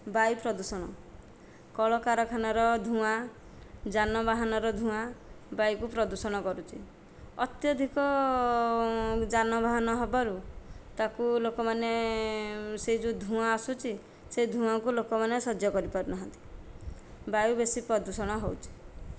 ବାୟୁ ପ୍ରଦୂଷଣ କଳକାରଖାନାର ଧୂଆଁ ଯାନବାହନର ଧୂଆଁ ବାୟୁକୁ ପ୍ରଦୂଷଣ କରୁଛି ଅତ୍ୟଧିକ ଯାନବାହାନ ହେବାରୁ ତାକୁ ଲୋକମାନେ ସେ ଯେଉଁ ଧୂଆଁ ଆସୁଛି ସେ ଧୂଆଁକୁ ଲୋକମାନେ ସଜ୍ୟ କରିପାରୁ ନାହାଁନ୍ତି ବାୟୁ ବେଶୀ ପ୍ରଦୂଷଣ ହେଉଛି